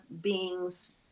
beings